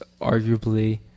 arguably